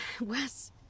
Wes